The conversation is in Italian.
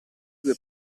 due